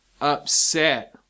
upset